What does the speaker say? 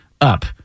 up